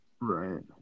Right